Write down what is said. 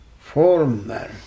former